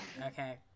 Okay